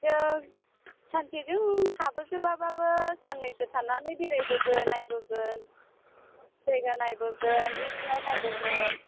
जों सानसेजों हाबोजोबाबो साननैसो थानानै बेरायबोगोन नायबोगोन जायगा नायबोगोन जिब जुनार नायबोगोन